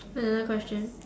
another question